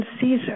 Caesar